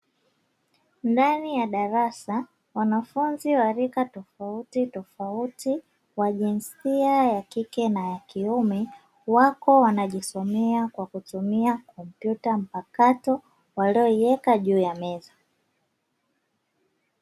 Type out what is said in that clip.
Ndani ya darasa wanafunzi wa rika tofauti mtofauti wa jinsia ya kike na ya kiume, wako wanajisomea kwa kutumia kompyuta mpakato walioiweka juu ya meza.